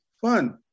fun